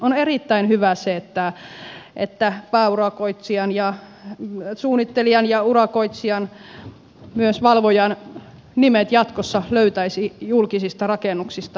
on erittäin hyvä se että pääurakoitsijan ja suunnittelijan ja urakoitsijan ja myös valvojan nimet jatkossa löytäisi julkisista rakennuksista